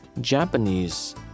Japanese